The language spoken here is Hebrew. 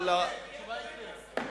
התשובה היא כן.